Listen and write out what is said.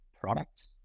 products